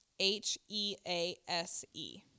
H-E-A-S-E